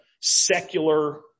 secular